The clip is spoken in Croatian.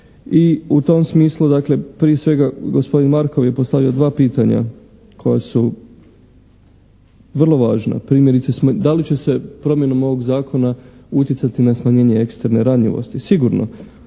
I u tom smislu, dakle, prije svega gospodin Markov je postavio dva pitanja koja su vrlo važna. Primjerice, da li će se promjenom ovog Zakona utjecati na smanjenje ekstremne ranjivosti. Sigurno.